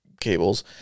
cables